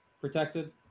protected